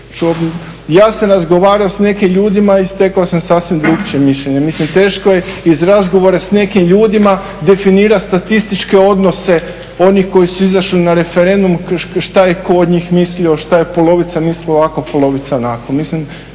Ja sam razgovarao s nekim ljudima i stekao sam sasvim drukčije mišljenje. Mislim teško je iz razgovora s nekim ljudima definirati statističke odnose onih koji su izašli na referendum, šta ko od njih mislio, šta je polovica mislila ovako, polovica onako. Mislim